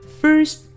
First